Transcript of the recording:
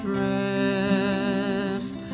rest